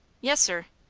yes, sir.